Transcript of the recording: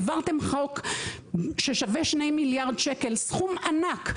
העברתם חוק ששווה שני מיליארד שקלים, זה סכום ענק.